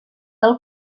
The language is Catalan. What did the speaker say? del